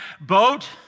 boat